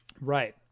right